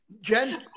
Jen